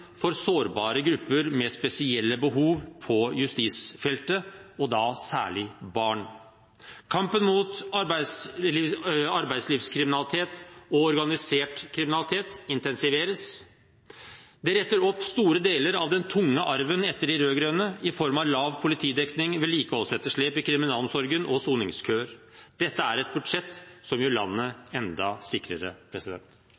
for sårbare grupper med spesielle behov, og da særlig barn. Kampen mot arbeidslivskriminalitet og organisert kriminalitet intensiveres. Det retter opp store deler av den tunge arven etter de rød-grønne i form av lav politidekning, vedlikeholdsetterslep i kriminalomsorgen og soningskøer. Dette er et budsjett som gjør landet enda sikrere.